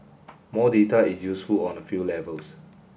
more data is useful on a few levels